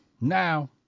now